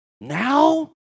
Now